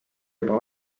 juba